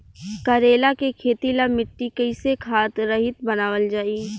करेला के खेती ला मिट्टी कइसे खाद्य रहित बनावल जाई?